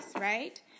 right